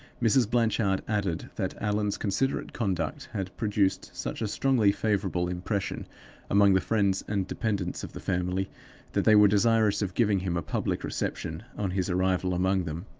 mrs. blanchard added that allan's considerate conduct had produced such a strongly favorable impression among the friends and dependents of the family that they were desirous of giving him a public reception on his arrival among them.